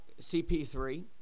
CP3